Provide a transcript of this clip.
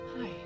Hi